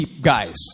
guys